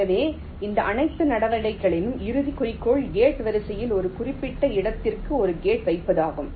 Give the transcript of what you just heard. எனவே இந்த அனைத்து நடவடிக்கைகளின் இறுதி குறிக்கோள் கேட் வரிசையில் ஒரு குறிப்பிட்ட இடத்திற்கு ஒரு கேட் வைப்பதாகும்